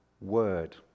word